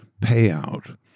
payout